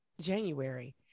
January